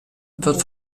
wird